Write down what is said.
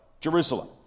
Jerusalem